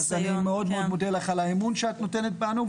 אז אני מאוד מאוד לך על האמון שאת נותנת בנו,